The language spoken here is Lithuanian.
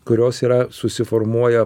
kurios yra susiformuoja